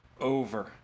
over